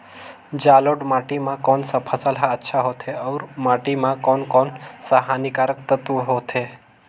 जलोढ़ माटी मां कोन सा फसल ह अच्छा होथे अउर माटी म कोन कोन स हानिकारक तत्व होथे?